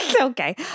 Okay